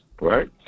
right